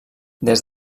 des